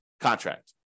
contract